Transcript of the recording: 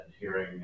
hearing